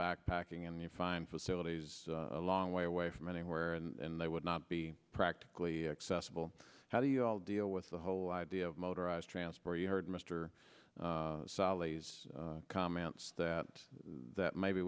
backpacking and you find facilities a long way away from anywhere and they would not be practically accessible how do you all deal with the whole idea of motorised transport you heard mr salim comments that that maybe